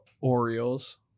Orioles